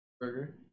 burger